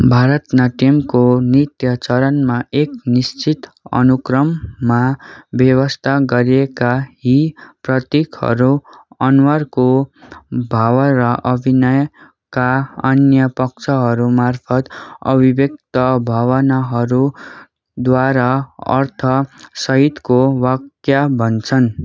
भारतनाट्यमको नृत्य चरणमा एक निश्चित अनुक्रममा बेवस्ता गरिएका यी प्रतीकहरू अनुहारको भाव र अभिनयका अन्य पक्षहरू मार्फत अभिव्यक्त भावनाहरूद्वारा अर्थसहितको वाक्य भन्छन्